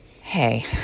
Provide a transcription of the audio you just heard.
hey